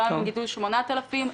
פעם הם גידלו 8,000 טון.